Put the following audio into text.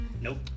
Nope